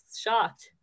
shocked